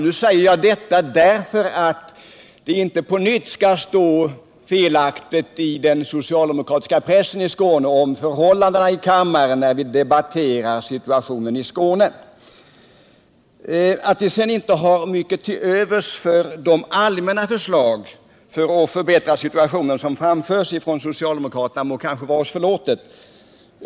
Jag säger detta därför att int på nytt felaktiga förhållanden skall redovisas i den socialdemokratiska pressen i Skåne om närvaron i kammaren när man debatterar situationen i Skåne. Att vi sedan inte har mycket till övers för de allmänna förslag som framförs från socialdemokraterna för att förbättra situationen där, må kanske vara oss förlåtet.